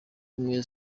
ubumwe